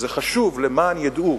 זה חשוב, למען ידעו,